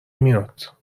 میاد